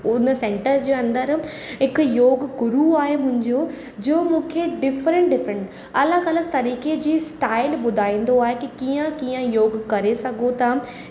उन सेंटर जे अंदरि हिकु योगु गुरू आहे मुंहिंजो जो मूंखे डिफ़रेंट डिफ़रेंट अलॻि अलॻि तरीक़े जी स्टाइल ॿुधाईंदो आहे की कीअं कीअं योगु करे सघो था